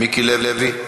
מיקי לוי,